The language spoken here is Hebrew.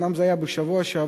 אומנם זה היה בשבוע שעבר,